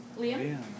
Liam